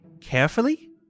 carefully